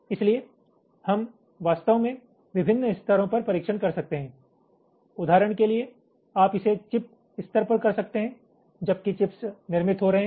इसलिए हम वास्तव में विभिन्न स्तरों पर परीक्षण कर सकते हैं उदाहरण के लिए आप इसे चिप स्तर पर कर सकते हैं जबकि चिप्स निर्मित हो रहे हैं